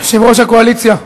יושב-ראש הקואליציה,